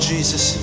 Jesus